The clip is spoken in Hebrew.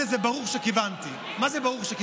בקיצור, אז כמו שנמצאנו למדים, אנחנו